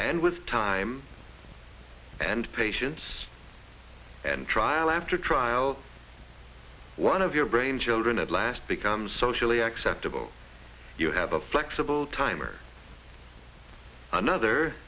and with time and patience and trial after trial one of your brainchildren at last becomes socially acceptable you have a flexible time or another